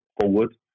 forward